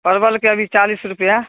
परवलके अभी चालिस रुपैआ